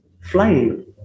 flying